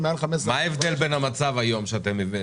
מה ההבדל במצב היום שאתם מבקשים להקצות כסף?